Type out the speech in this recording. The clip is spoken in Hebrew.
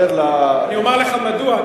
אני אומר לך מדוע,